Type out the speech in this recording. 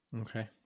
Okay